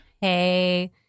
Hey